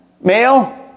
male